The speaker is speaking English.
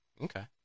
Okay